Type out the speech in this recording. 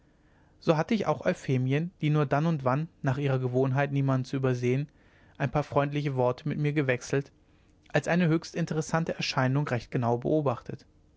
so hatte ich auch euphemien die nur dann und wann nach ihrer gewohnheit niemanden zu übersehen ein paar freundliche worte mit mir gewechselt als eine höchst interessante erscheinung recht genau beobachtet